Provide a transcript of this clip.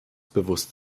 bewusst